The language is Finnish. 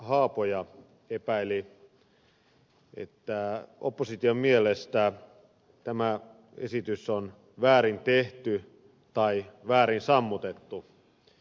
haapoja epäili että opposition mielestä tämä esitys on väärin tehty tai väärin sammutettu